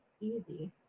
easy